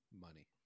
money